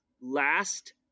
last